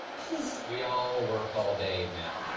please we all work all day, ma'am.